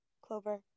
Clover